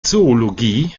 zoologie